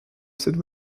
cette